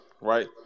right